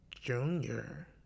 Junior